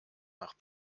nach